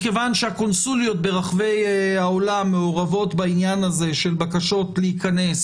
מכיוון שהקונסוליות ברחבי העולם מעורבות בעניין הזה של בקשות להיכנס,